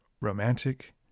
romantic